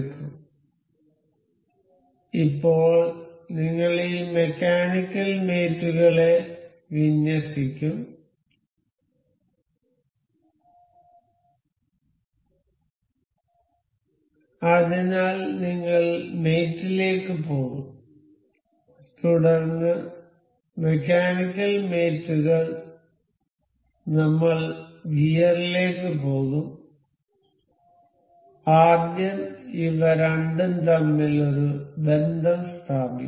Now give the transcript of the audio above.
അതിനാൽ ഇപ്പോൾ നിങ്ങൾ ഈ മെക്കാനിക്കൽ മേറ്റ് കളെ വിന്യസിക്കും അതിനാൽ നിങ്ങൾ മേറ്റ് യിലേക്ക് പോകും തുടർന്ന് മെക്കാനിക്കൽ മേറ്റ് കൾ നമ്മൾ ഗിയറിലേക്ക് പോകും ആദ്യം ഇവ രണ്ടും തമ്മിൽ ഒരു ബന്ധം സ്ഥാപിക്കും